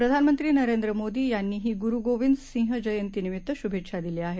प्रधानमंत्री नरेन्द्र मोदी यांनीही गुरू गोबिन्द सिंह जयन्ती निमित्त शुभेच्छा दिल्या आहेत